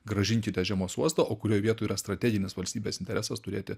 grąžinkite žiemos uostą o kurioj vietoj yra strateginis valstybės interesas turėti